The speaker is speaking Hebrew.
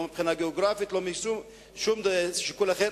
לא מבחינה גיאוגרפית ולא משום שיקול אחר,